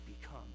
become